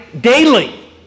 daily